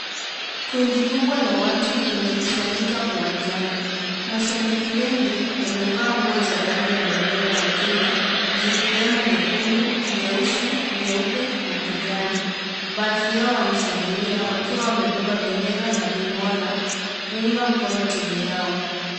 Kundi kubwa la watu limekusanyika uwanjani, mashabiki wengi wamevaa nguo za rangi ya bendera ya Kenya, zikiwemo nyekundu, nyeusi, nyeupe na kijani, baadhi yao wanashangilia wakiwa wamebeba bendera na ving'ora, kuunga mkono timu yao.